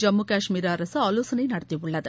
ஜம்மு காஷ்மீர் அரசு ஆவோசனை நடத்தியுள்ளது